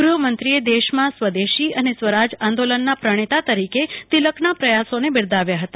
ગૃહમંત્રીએ દેશમાં સ્વદેશી અને સ્વરાજ આંદોલનના પ્રણેતા તરીકે તિલકના પ્રથાસોને બિરદાવ્યા હતા